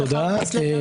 כאשר הצגתי דברי הסבר,